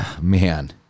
man